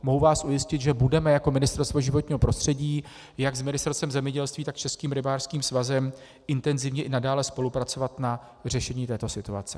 Mohu vás ujistit, že budeme jako Ministerstvo životního prostředí jak s Ministerstvem zemědělství, tak s Českým rybářským svazem intenzivně i nadále spolupracovat na řešení této situace.